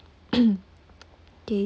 okay